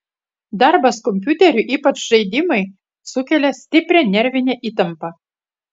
darbas kompiuteriu ypač žaidimai sukelia stiprią nervinę įtampą